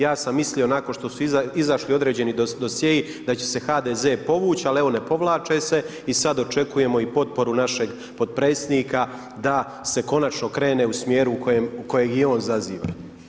Ja sam mislio nakon što su izašli određeni dosjei da će se HDZ povuć, ali evo ne povlače se i sada očekujemo i potporu našeg potpredsjednika da se konačno krene u smjeru koji i on zaziva.